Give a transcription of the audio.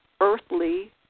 earthly